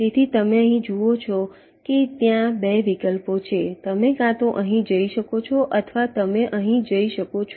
તેથી તમે અહીં જુઓ કે ત્યાં 2 વિકલ્પો છે તમે કાં તો અહીં જઈ શકો છો અથવા તમે અહીં જઈ શકો છો